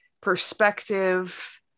perspective